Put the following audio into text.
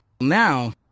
now